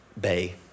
Bay